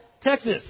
Texas